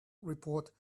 report